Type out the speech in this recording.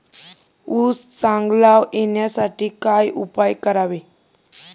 ऊस चांगला येण्यासाठी काय उपाय करावे?